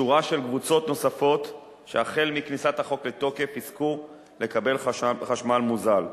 שורה של קבוצות נוספות שהחל מכניסת החוק לתוקף יזכו לקבל חשמל מוזל: